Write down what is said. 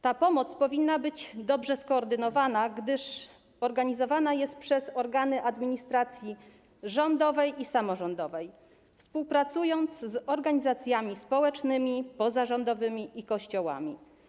Ta pomoc powinna być dobrze skoordynowana, gdyż organizowana jest przez organy administracji rządowej i samorządowej współpracujące z organizacjami społecznymi, pozarządowymi i Kościołami.